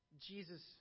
Jesus